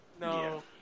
no